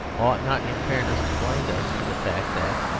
ought not in fairness to blind us to the fact that,